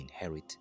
inherit